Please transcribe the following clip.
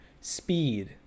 speed